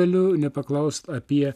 galiu nepaklausti apie